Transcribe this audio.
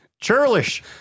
Churlish